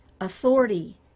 authority